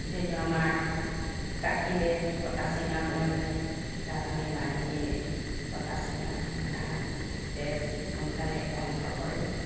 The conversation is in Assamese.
যিটো আমাৰ কাটিলে কটা চিঙা হ'লে মানে তাত আমি বান্ধি দিলে কটা চিঙা ঘা তেজ সোনকালে বন্ধ কৰে